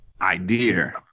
idea